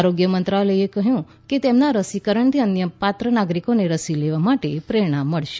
આરોગ્ય મંત્રાલયે કહ્યું કે તેમના રસીકરણથી અન્ય પાત્ર નાગરિકોને રસી લેવા માટે પ્રેરણા મળશે